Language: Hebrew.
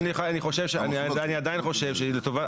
אני עדיין חושב שהיא לטובה,